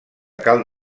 cal